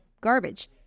garbage